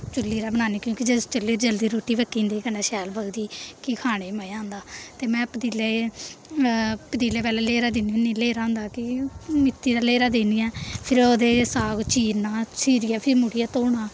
चु'ल्ली पर गै बनानी क्यूंकि जिस चु'ल्ली पर जल्दी रुट्टी पक्की जंदी कन्नै शैल पकदी कि खाने गी मजा औंदा ते में पतीले पतीले पैह्लें लेह्रा दिन्नी होन्नीं लेह्रा होंदा कि मिट्टी दा लेह्रा दिन्नी ऐं फ्ही ओह्दे साग चीरना चीरियै फिर मुड़ियै धोना